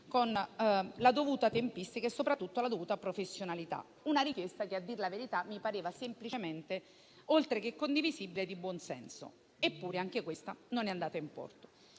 interventi necessari con la dovuta professionalità. Una richiesta che, a dir la verità, mi pareva semplicemente, oltre che condivisibile, di buon senso. Eppure anche questa non è andata in porto.